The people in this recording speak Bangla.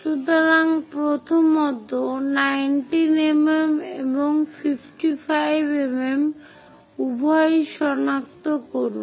সুতরাং প্রথমত 19 mm এবং 55 mm উভয়ই সনাক্ত করুন